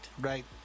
Right